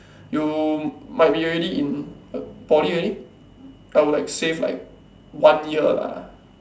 you might be already in the poly already I would like save like one year lah